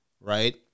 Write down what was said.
Right